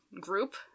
group